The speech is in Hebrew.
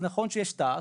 זה נכון שיש תע"ס,